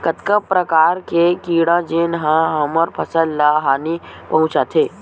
कतका प्रकार के कीड़ा जेन ह हमर फसल ल हानि पहुंचाथे?